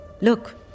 Look